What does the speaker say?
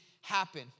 happen